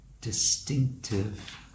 distinctive